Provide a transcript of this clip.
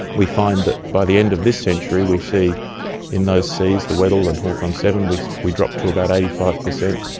we find that by the end of this century we see in those seas, the weddell and haakon vii, we we drop to about eighty five percent.